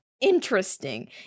interesting